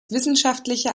wissenschaftlicher